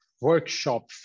workshop